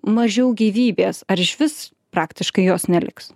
mažiau gyvybės ar išvis praktiškai jos neliks